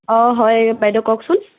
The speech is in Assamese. অঁ হয় বাইদেউ কওকচোন